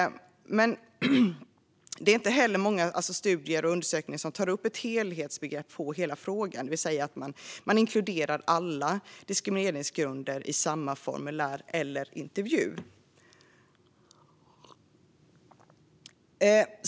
Det är inte heller många studier och undersökningar som tar ett helhetsgrepp om frågan, det vill säga inkluderar alla diskrimineringsgrunder i samma frågeformulär eller intervju.